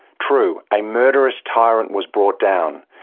true, a murderous tyrant was brought down,